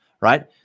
right